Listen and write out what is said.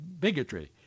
bigotry